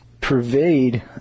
pervade